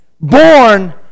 born